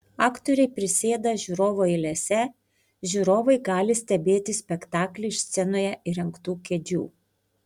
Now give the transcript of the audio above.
aktoriai prisėda žiūrovų eilėse žiūrovai gali stebėti spektaklį iš scenoje įrengtų kėdžių